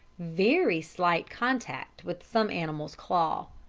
very slight contact with some animal's claw.